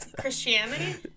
Christianity